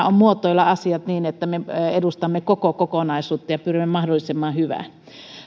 on muotoilla asiat niin että me edustamme koko kokonaisuutta ja pyrimme mahdollisimman hyvään